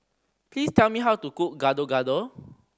please tell me how to cook Gado Gado